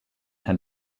had